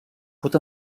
pot